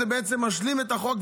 זה בעצם משלים את החוק,